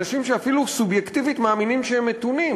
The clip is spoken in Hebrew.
אנשים שאפילו סובייקטיבית מאמינים שהם מתונים.